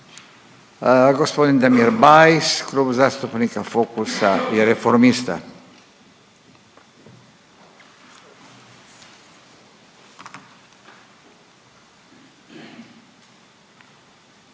Gospodin Damir Bajs Klub zastupnika Fokusa i Reformista.